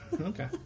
okay